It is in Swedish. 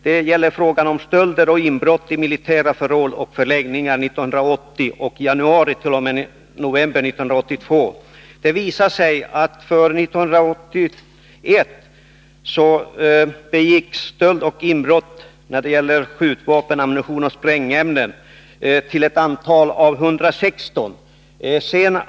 Det gäller stölder och inbrott i militära förråd och förläggningar januari 1980 t.o.m. november 1982. Det visar sig att det 1981 begicks stölder och inbrott när det gäller skjutvapen, ammunition och sprängämnen till ett antal av 116.